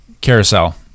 carousel